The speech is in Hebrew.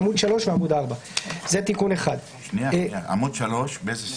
עמוד 3 ועמוד 4. עמוד 3 באיזה סעיף?